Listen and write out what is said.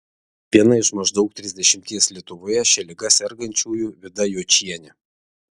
viena iš maždaug trisdešimties lietuvoje šia liga sergančiųjų vida jočienė